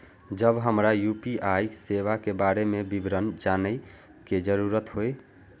जब हमरा यू.पी.आई सेवा के बारे में विवरण जानय के जरुरत होय?